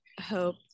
hope